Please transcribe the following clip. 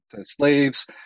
slaves